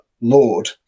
Lord